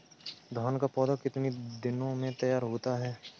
धान का पौधा कितने दिनों में तैयार होता है?